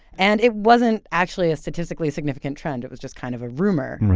and it wasn't actually a statistically significant trend. it was just kind of a rumor. right.